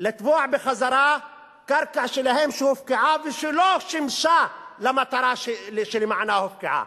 לתבוע בחזרה קרקע שלהם שהופקעה ולא שימשה למטרה שלמענה הופקעה?